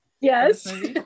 yes